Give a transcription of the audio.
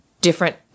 different –